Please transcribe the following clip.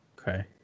Okay